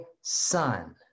son